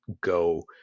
go